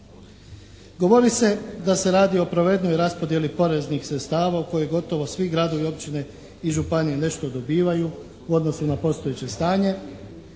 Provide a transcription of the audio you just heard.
Govori se da se radi o pravednijoj raspodjeli poreznih sredstava o kojoj gotovo svi gradovi, općine i županije nešto dobivaju u odnosu na postojeće stanje